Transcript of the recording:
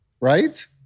Right